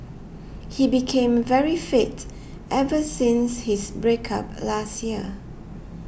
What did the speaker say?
he became very fit ever since his break up last year